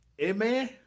Amen